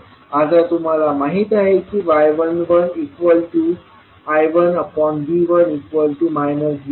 आता तुम्हाला माहित आहे की y11I1V1 0